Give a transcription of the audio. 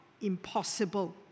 impossible